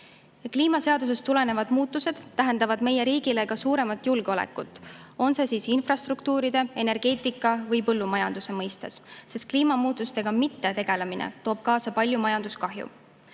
Kliimaseadusest tulenevad muutused tähendavad meie riigile ka suuremat julgeolekut, olgu infrastruktuuride, energeetika või põllumajanduse mõttes, sest kliimamuutustega mittetegelemine toob kaasa palju majanduskahju.